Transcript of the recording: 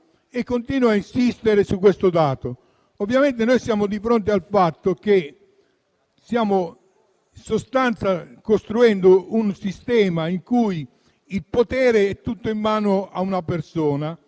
io continuo a insistere su questo dato. Ovviamente, noi siamo di fronte al fatto che, in sostanza, stiamo costruendo un sistema in cui il potere è tutto in mano a una persona.